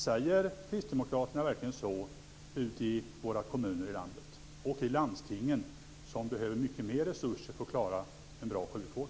Säger kristdemokraterna verkligen så i kommunerna och i landstingen, vilka behöver mer resurser för att klara en bra sjukvård?